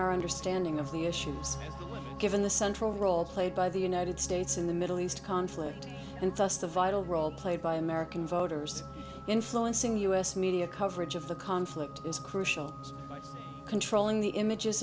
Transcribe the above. our understanding of the issues given the central role played by the united states in the middle east conflict and thus the vital role played by american voters influencing u s media coverage of the conflict is crucial to controlling the images